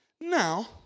now